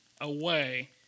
away